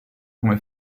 come